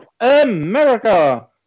America